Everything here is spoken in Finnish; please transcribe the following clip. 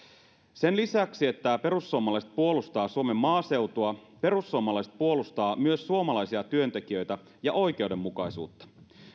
sen lisäksi että perussuomalaiset puolustavat suomen maaseutua perussuomalaiset puolustavat myös suomalaisia työntekijöitä ja oikeudenmukaisuutta